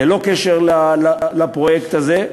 ללא קשר לפרויקט הזה.